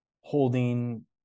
holding